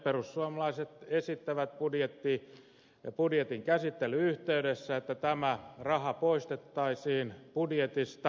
perussuomalaiset esittävät budjetin käsittelyn yhteydessä että tämä raha poistettaisiin budjetista